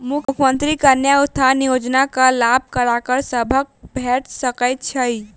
मुख्यमंत्री कन्या उत्थान योजना कऽ लाभ ककरा सभक भेट सकय छई?